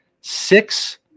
Six